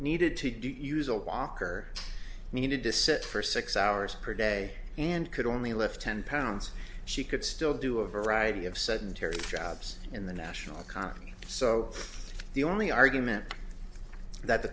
needed to do use a walker needed to sit for six hours per day and could only lift ten pounds she could still do a variety of sudden terry jobs in the national economy so the only argument that the